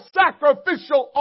sacrificial